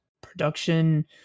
production